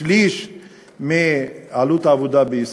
שליש מעלות העבודה בישראל,